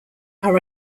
are